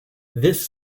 this